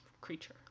creature